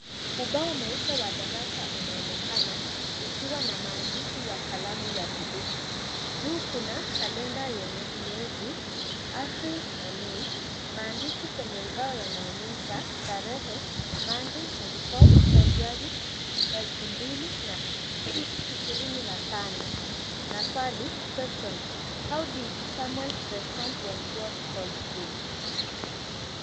Ubao mweupe wa darasa unaonekana ukiwa na maandishi ya kalamu ya buluu. Juu kuna kalender yenye miezi, April na May. Maandishi kwenye ubao yanaonyesha tarehe, Monday 24th February 2025. na swali, Question, how didi sSamuel respond when God called him? .